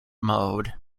mode